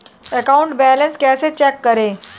Account balance कैसे चेक करें?